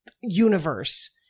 universe